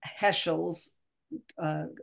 Heschel's